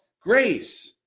Grace